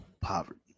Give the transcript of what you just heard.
poverty